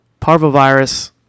parvovirus